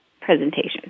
presentation